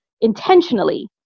intentionally